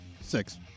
Six